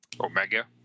omega